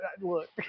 look